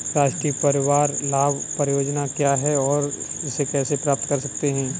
राष्ट्रीय परिवार लाभ परियोजना क्या है और इसे कैसे प्राप्त करते हैं?